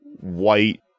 white